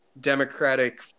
democratic